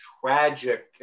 tragic